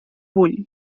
bull